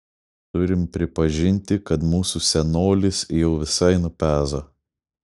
turim pripažinti kad mūsų senolis jau visai nupezo